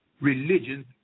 religion